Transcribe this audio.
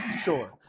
Sure